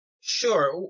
Sure